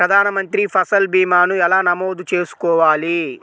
ప్రధాన మంత్రి పసల్ భీమాను ఎలా నమోదు చేసుకోవాలి?